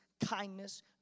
kindness